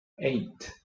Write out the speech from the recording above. eight